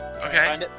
Okay